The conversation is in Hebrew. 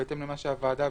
בהתאם למה שביקשה הוועדה